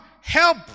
help